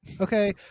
Okay